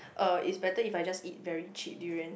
uh it's better if I just eat very cheap durians